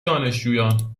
دانشجویان